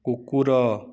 କୁକୁର